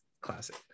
classic